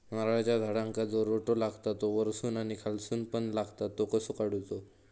नारळाच्या झाडांका जो रोटो लागता तो वर्सून आणि खालसून पण लागता तो कसो काडूचो?